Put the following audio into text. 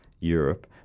Europe